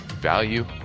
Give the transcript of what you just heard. Value